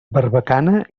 barbacana